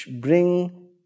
bring